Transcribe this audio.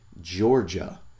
Georgia